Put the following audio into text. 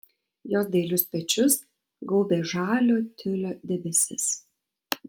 jos dailius pečius gaubė žalio tiulio debesis